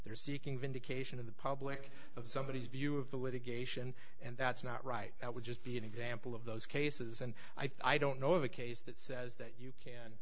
they're seeking vindication of the public of somebodies view of the litigation and that's not right i would just be an example of those cases and i don't know of a case that says that you